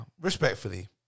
Respectfully